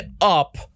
up